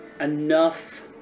enough